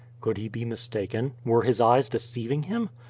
could he be mistaken? were his eyes deceiving him?